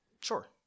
Sure